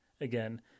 Again